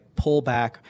pullback